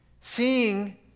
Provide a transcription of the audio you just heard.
Seeing